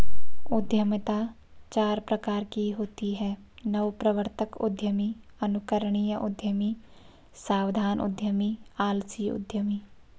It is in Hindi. उद्यमिता चार प्रकार की होती है नवप्रवर्तक उद्यमी, अनुकरणीय उद्यमी, सावधान उद्यमी, आलसी उद्यमी